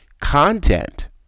content